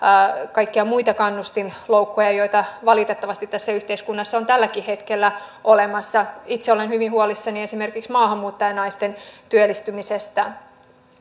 kaikkia muita kannustinloukkuja joita valitettavasti tässä yhteiskunnassa on tälläkin hetkellä olemassa itse olen hyvin huolissani esimerkiksi maahanmuuttajanaisten työllistymisestä